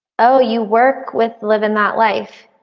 oh you work with living that life